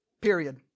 Period